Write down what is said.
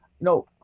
no